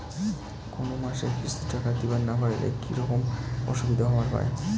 কোনো মাসে কিস্তির টাকা দিবার না পারিলে কি রকম অসুবিধা হবার পায়?